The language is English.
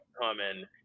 common